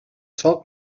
sòl